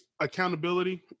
accountability